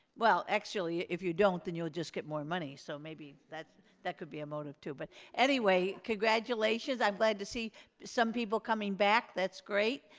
well actually if you don't then you'll just get more money so maybe that could be a motive, too, but anyway, congratulations. i'm glad to see some people coming back, that's great,